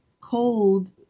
cold